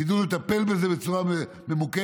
תדעו לטפל בזה בצורה ממוקדת.